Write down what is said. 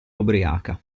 ubriaca